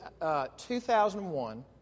2001